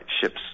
ships